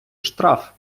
штраф